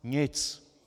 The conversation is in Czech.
Nic!